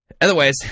Otherwise